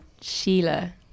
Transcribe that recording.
Sheila